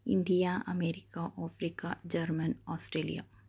India America Africa Germany Australia